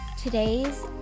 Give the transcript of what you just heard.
Today's